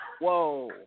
Whoa